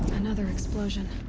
another explosion!